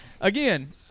Again